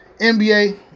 NBA